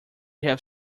have